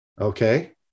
Okay